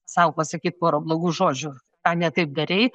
sau pasakyt porą blogų žodžių ką ne taip darei